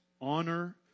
honor